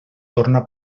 torna